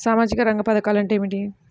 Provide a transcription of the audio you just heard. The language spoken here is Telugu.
సామాజిక రంగ పధకాలు అంటే ఏమిటీ?